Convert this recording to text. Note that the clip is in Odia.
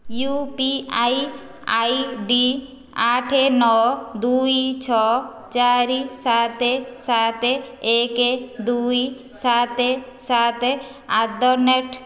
you P I I D ଆଠ ନଅ ଦୁଇ ଛଅ ଚାରି ସାତ ସାତ ଏକ ଦୁଇ ସାତ ସାତ ଆଟ୍ ଦ ରେଟ୍